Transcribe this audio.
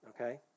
okay